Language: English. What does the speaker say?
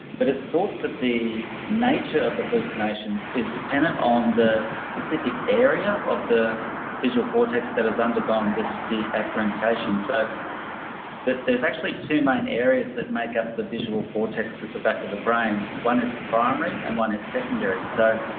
but it's thought that the nature of the hallucinations is dependent on the specific area of the visual cortex that has undergone this deafferentation. so there is actually two main areas that make up the visual cortex at the back of the brain, one is primary and one is secondary. so